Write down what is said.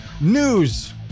news